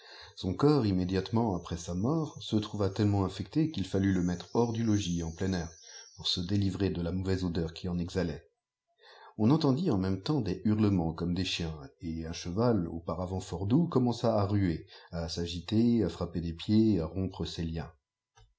son corps immédiatement après sa mort se trouva tellement infecté qu'il fallut le mettre hors du logis en plein air pour se délivrer de la mauvaise odeur qui en exhabit on entendit en même temps des hurlements comme des diiens et iin cheval auparavant fort doux commença à ruer à s'agiter à frapper des pieds à rompre ses liens